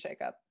shakeup